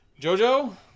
Jojo